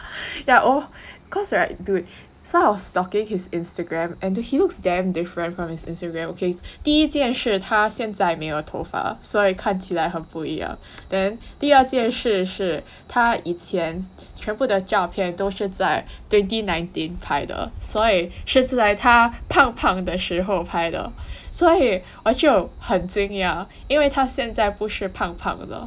yeah lor cause [right] dude so I was stalking his Instagram and he looks damn different from his Instagram okay 第一件事他现在没有头发 so 看起来很不一样 then 第二件事是他以前全部的照片都是在 twenty nineteen 拍的所以是在他胖胖的时候拍的所以我就很惊讶因为他现在不是胖胖了